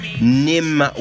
Nim